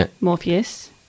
Morpheus